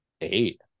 eight